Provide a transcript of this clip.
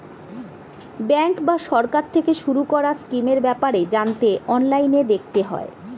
bank বা সরকার থেকে শুরু করা স্কিমের ব্যাপারে জানতে অনলাইনে দেখতে হয়